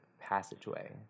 passageway